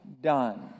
done